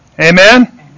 Amen